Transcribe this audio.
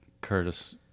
Curtis